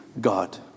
God